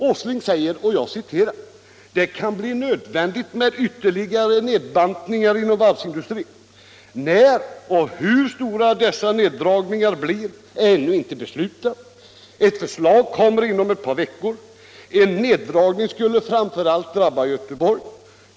Herr Åsling säger enligt DN: Y> Det kan bli nödvändigt med ytterligare nedbantningar inom varvsindustrin ——— När och hur stora dessa neddragningar blir är ännu inte beslutat. Ett förslag kommer inom ett par veckor. En neddragning skulle framför allt drabba Göteborg.